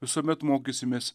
visuomet mokysimės